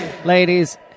Ladies